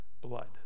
blood